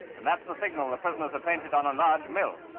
and that's the signals the prisoners had painted on a large mill.